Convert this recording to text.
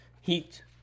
heat